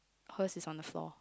purse is on the floor